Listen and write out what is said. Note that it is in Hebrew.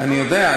אני יודע,